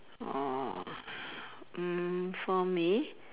orh mm for me